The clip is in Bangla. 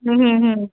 হুম হুম হুম